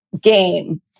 game